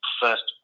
first